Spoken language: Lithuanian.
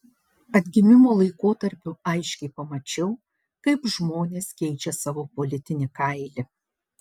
atgimimo laikotarpiu aiškiai pamačiau kaip žmonės keičia savo politinį kailį